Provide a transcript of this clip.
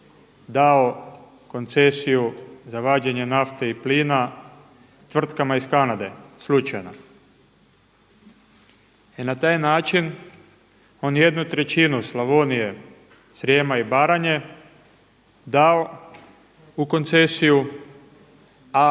dao koncesiju za vađenje nafte i plina tvrtkama iz Kanade, slučajno. I na taj način on 1/3 Slavonije, Srijema i Baranje dao u koncesiju,